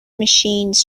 machines